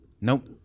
Nope